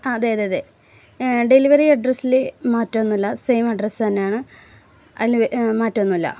അതെയതേയതേ delivery അഡ്രസ്സിൽ മാറ്റം ഒന്നുമില്ല സെയിം അഡ്രസ്സന്നെയാണ് അതിൽ മാറ്റം ഒന്നുമില്ല